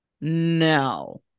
no